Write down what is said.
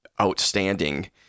outstanding